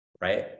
right